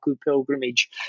pilgrimage